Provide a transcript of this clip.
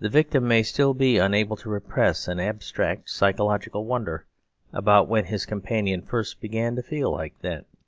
the victim may still be unable to repress an abstract psychological wonder about when his companion first began to feel like that.